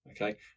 Okay